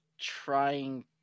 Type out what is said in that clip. trying